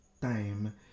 time